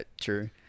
True